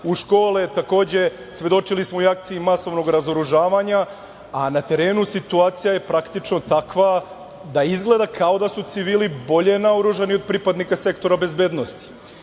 u škole. Takođe svedočili smo akciji masovnog razoružavanja, a na terenu situacija je praktično takva da izgleda kao da su civili bolje naoružani od pripadnika sektora bezbednosti.